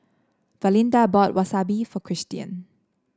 Valinda bought Wasabi for Cristian